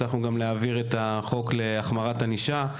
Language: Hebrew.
הצלחנו גם להעביר את החוק להחמרת ענישה.